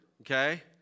okay